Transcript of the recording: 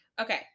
okay